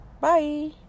Bye